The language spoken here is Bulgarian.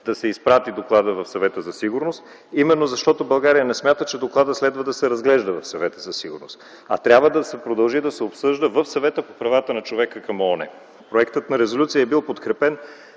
да се изпрати доклада в Съвета за сигурност, именно защото България не смята, че докладът следва да се разглежда в Съвета за сигурност, а трябва да се продължи да се обсъжда в Съвета по правата на човека към ООН. Проектът на резолюция е бил подкрепен